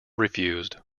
refused